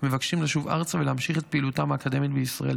ומבקשים לשוב ארצה ולהמשיך את פעילותם האקדמית בישראל.